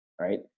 right